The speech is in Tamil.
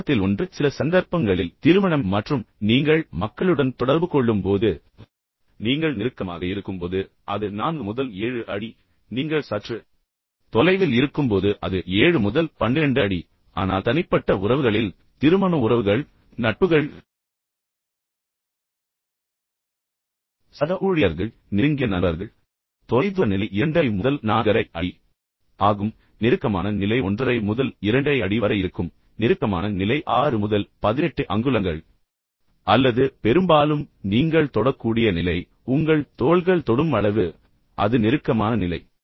சமூகத்தில் ஒன்று பொதுவாக சில சந்தர்ப்பங்களில் திருமணம் மற்றும் நீங்கள் மக்களுடன் தொடர்பு கொள்ளும் போது எனவே நீங்கள் நெருக்கமாக இருக்கும்போது அது 4 முதல் 7 அடி நீங்கள் சற்று தொலைவில் இருக்கும்போது அது 7 முதல் 12 அடி ஆனால் தனிப்பட்ட உறவுகளில் எனவே திருமண உறவுகள் நட்புகள் சக ஊழியர்கள் நெருங்கிய நண்பர்கள் மற்றும் அனைத்தும் எனவே தொலைதூர நிலை இரண்டரை முதல் நான்கரை அடி ஆகும் ஆனால் நெருக்கமான நிலை ஒன்றரை முதல் இரண்டரை அடி வரை இருக்கும் நெருக்கமான நிலை 6 முதல் 18 அங்குலங்கள் அல்லது பெரும்பாலும் நீங்கள் தொடக்கூடிய நிலை உண்மையில் உங்கள் தோள்கள் தொடும் அளவு எனவே அது நெருக்கமான நிலை